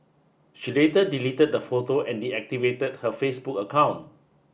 she later deleted the photo and deactivated her Facebook account